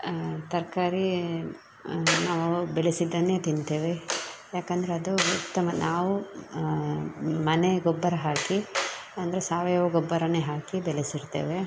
ತರಕಾರಿ ನಾವು ಬೆಳೆಸಿದ್ದನ್ನೇ ತಿನ್ನುತ್ತೇವೆ ಯಾಕೆಂದ್ರೆ ಅದು ಉತ್ತಮ ನಾವು ಮನೆ ಗೊಬ್ಬರ ಹಾಕಿ ಅಂದರೆ ಸಾವಯವ ಗೊಬ್ಬರನೇ ಹಾಕಿ ಬೆಳೆಸಿರ್ತೇವೆ